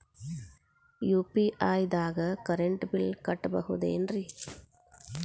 UPI ದಾಗ current bill ಕಟ್ಟಬಹುದೇನ್ರಿ?